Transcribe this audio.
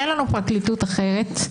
אין לנו פרקליטות אחרת.